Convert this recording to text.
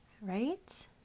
right